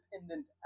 independent